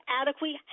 adequate